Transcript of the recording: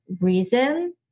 reason